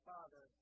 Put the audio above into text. Father